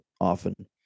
often